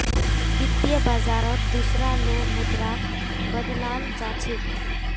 वित्त बाजारत दुसरा लो मुद्राक बदलाल जा छेक